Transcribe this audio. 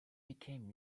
became